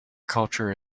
culture